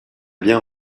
bien